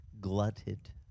glutted